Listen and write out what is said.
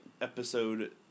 episode